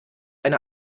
eine